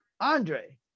andre